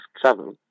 travel